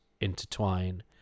intertwine